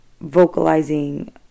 vocalizing